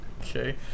Okay